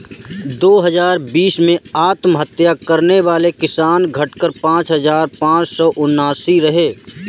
दो हजार बीस में आत्महत्या करने वाले किसान, घटकर पांच हजार पांच सौ उनासी रहे